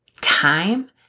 time